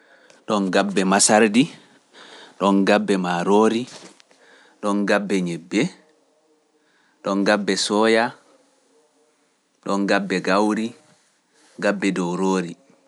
Dɗon gabbe masardi, ɗon gabbe maa roori, ɗon gabbe ñebbe, ɗon gabbe sooya, ɗon gabbe gawri, gabbe dow roori.